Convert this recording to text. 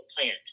plant